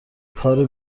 کار